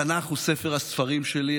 התנ"ך הוא ספר הספרים שלי,